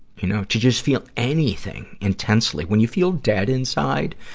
you know. to just feel anything intensely when you feel dead inside,